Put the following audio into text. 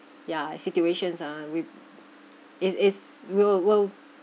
ya situations ah with is is will will